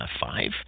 five